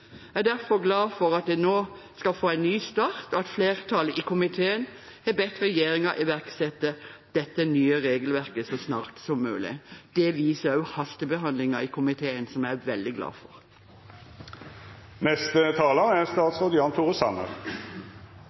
Jeg er derfor glad for at de nå skal få en ny start, og at flertallet i komiteen har bedt regjeringen iverksette dette nye regelverket så snart som mulig. Det viser også hastebehandlingen i komiteen, som jeg er veldig glad for.